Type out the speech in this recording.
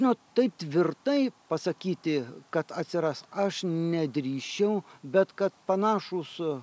na taip tvirtai pasakyti kad atsiras aš nedrįsčiau bet kad panašūs